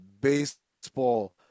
baseball